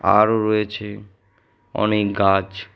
আরও রয়েছে অনেক গাছ